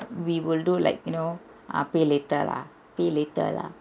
we will do like you know ah pay later lah pay later lah